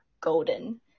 golden